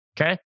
Okay